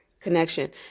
connection